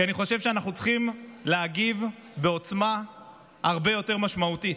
כי אני חושב שאנחנו צריכים להגיב בעוצמה הרבה יותר משמעותית.